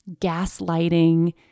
gaslighting